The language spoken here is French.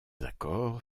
accords